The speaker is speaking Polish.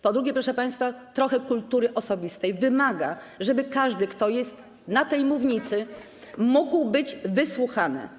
Po drugie, proszę państwa, kultura osobista wymaga, żeby każdy, kto jest na tej mównicy, mógł być wysłuchany.